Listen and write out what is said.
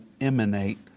emanate